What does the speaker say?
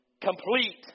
complete